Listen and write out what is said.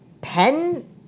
pen